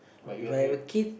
If I have a kid